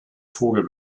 vogel